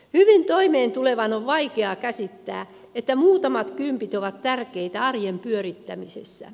hyvin toimeentulevan on vaikea käsittää että muutamat kympit ovat tärkeitä arjen pyörittämisessä